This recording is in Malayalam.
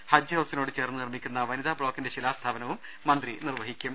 ഹജ്ജ് ഹൌസിനോട് ചേർന്ന് നിർമ്മിക്കുന്നു വനിതാ ബ്ലോക്കിന്റെ ശിലാസ്ഥാപനവും മന്ത്രി നിർവ്വഹിക്കും